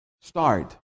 start